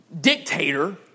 dictator